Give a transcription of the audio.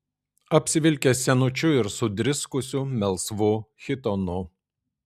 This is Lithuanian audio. apsivilkęs senučiu ir sudriskusiu melsvu chitonu